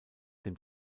dem